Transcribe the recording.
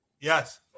Yes